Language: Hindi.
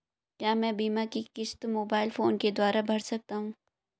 क्या मैं बीमा की किश्त मोबाइल फोन के द्वारा भर सकता हूं?